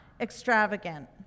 extravagant